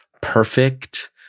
perfect